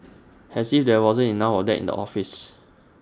as if there wasn't enough of that in the office